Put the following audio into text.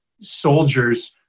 soldiers